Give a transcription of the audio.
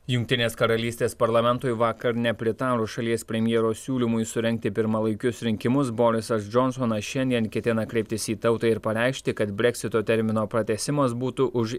jungtinės karalystės parlamentui vakar nepritarus šalies premjero siūlymui surengti pirmalaikius rinkimus borisas džonsonas šiandien ketina kreiptis į tautą ir pareikšti kad breksito termino pratęsimas būtų už